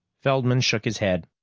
feldman shook his head.